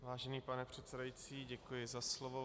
Vážený pane předsedající, děkuji za slovo.